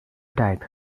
type